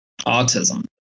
autism